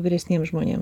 vyresniem žmonėm